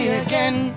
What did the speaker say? again